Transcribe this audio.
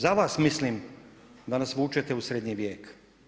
Za vas mislim da nas vučete u srednji vijek.